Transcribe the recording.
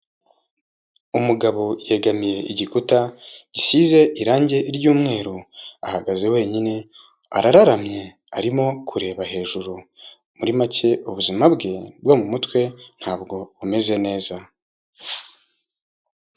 Umugabo yegamiye igikuta, gisize irangi ryyumweru. Ahagaze wenyine arararamye, arimo kureba hejuru. Muri make ubuzima bwe bwo mu mutwe ntabwo bumeze neza.